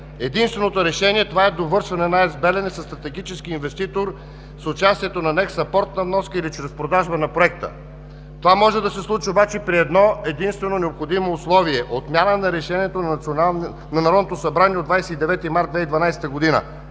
Единственото решение е довършване на АЕЦ „Белене“ със стратегически инвеститор, с участието на НЕК – с апортна вноска или чрез продажба на проекта. Това може да се случи обаче при едно-единствено необходимо условие – отмяна на Решението на Народното събрание от 29 март 2012 г.